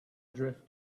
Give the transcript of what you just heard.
drift